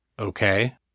Okay